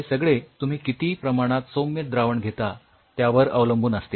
हे सगळे तुम्ही किती प्रमाणात सौम्य द्रावण घेता त्यावर अवलंबून असते